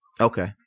Okay